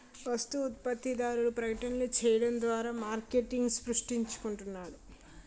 వస్తు ఉత్పత్తిదారుడు ప్రకటనలు చేయడం ద్వారా మార్కెట్ను సృష్టించుకుంటున్నాడు